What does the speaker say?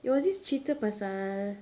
it was this cerita pasal